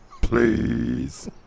please